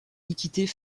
liquider